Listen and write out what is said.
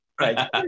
right